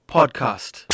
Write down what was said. Podcast